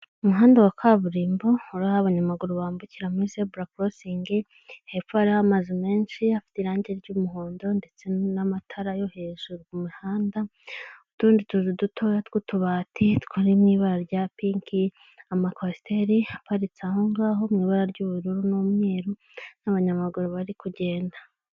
Umuhanda wa kaburimbo uraraho abanyamaguru bambukira muri zebura korosingi, hepfo hari amazu menshi afite irangi ry'umuhondo ndetse n'amatara yo hejuru ku mihanda, n'utundi tuntu duto tw'utubati twari mu ibara rya piki, amakwasteri aparitse aho ngaho mu ibara ry'ubururu n'umweru n'abanyamaguru bari kugenda.